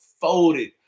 folded